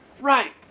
Right